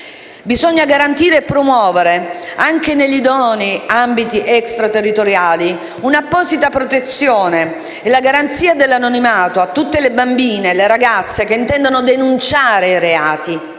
Bisogna garantire e promuovere, anche negli idonei ambiti extraterritoriali, un'apposita protezione e la garanzia dell'anonimato per tutte le bambine e le ragazze che intendano denunciare reati